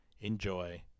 enjoy